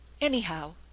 Anyhow